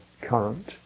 current